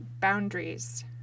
boundaries